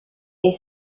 est